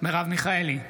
מרב מיכאלי,